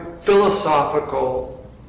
philosophical